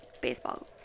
baseball